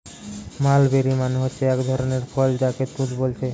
mulberry মানে হচ্ছে একটা ধরণের ফল যাকে তুত বোলছে